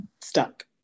stuck